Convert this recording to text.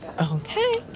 Okay